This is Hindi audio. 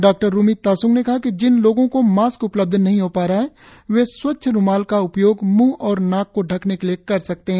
डॉक्टर रुमी तासंग ने कहा कि जिन लोगों को मास्क उपलब्ध नहीं हो पा रहा है वे स्वच्छ रुमाल का उपयोग मुह और नाक को ढ़कने के लिए कर सकते है